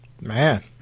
Man